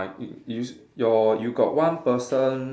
you you your you got one person